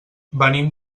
venim